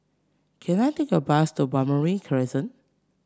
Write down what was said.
can I take a bus to Balmoral Crescent